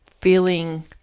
feeling